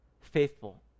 Faithful